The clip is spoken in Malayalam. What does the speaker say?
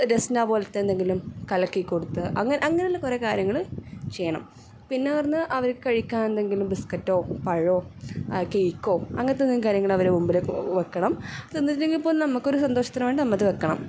രസ്നാ പോലത്തെ എന്തെങ്കിലും കലക്കി കൊടുത്ത് അങ്ങ അങ്ങനുള്ള കുറെ കാര്യങ്ങള് ചെയ്യ്ണം പിന്നെ പറഞ്ഞാൽ അവർക്ക് കഴിക്കാൻ എന്തെങ്കിലും ബിസ്ക്കറ്റോ പഴമോ കേക്കോ അങ്ങനത്തെന്തെങ്കിലും കാര്യങ്ങള് അവരുടെ മുമ്പില് വെക്കണം തിന്നില്ലെങ്കിപ്പൊലും നമുക്കൊരു സന്തോഷത്തിന് വേണ്ടി നമ്മൾ അത് വയ്ക്കണം